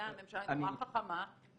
הממשלה היא חכמה מאוד,